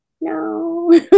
no